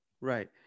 Right